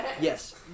yes